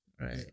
Right